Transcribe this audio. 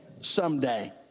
someday